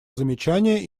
замечания